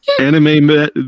Anime